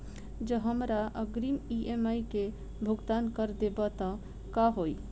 जँ हमरा अग्रिम ई.एम.आई केँ भुगतान करऽ देब तऽ कऽ होइ?